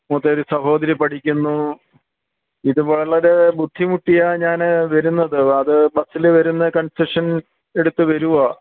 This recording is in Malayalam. മൂത്തൊരു സഹോദരി പഠിക്കുന്നു ഇത് വളരെ ബുദ്ധിമുട്ടിയാണ് ഞാന് വരുന്നത് അത് ബസില് വരുന്നത് കൺസെഷൻ എടുത്ത് വരുവാണ്